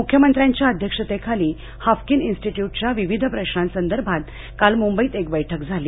मुख्यमंत्र्यांच्या अध्यक्षतेखाली हाफकीन इन्स्टिट्यूटच्या विविध प्रश्नासदर्भात काल मुंबईत एक बैठक झाली